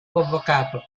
convocato